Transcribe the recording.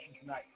tonight